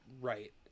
right